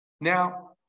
Now